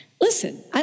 Listen